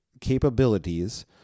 capabilities